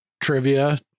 trivia